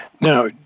Now